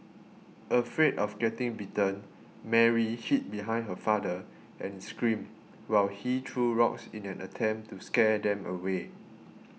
afraid of getting bitten Mary hid behind her father and screamed while he threw rocks in an attempt to scare them away